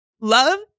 love